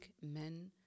men